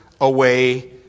away